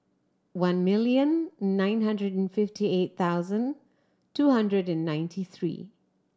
one million nine hundred and fifty eight thousand two hundred and ninety three